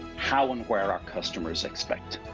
how and where our customers expect.